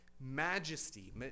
Majesty